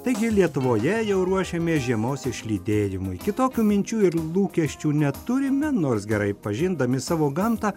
taigi lietuvoje jau ruošėmės žiemos išlydėjimui kitokių minčių ir lūkesčių neturime nors gerai pažindami savo gamtą